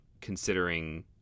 considering